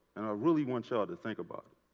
really want y'all to think about